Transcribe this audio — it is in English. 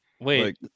Wait